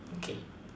okay